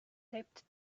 taped